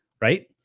right